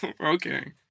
Okay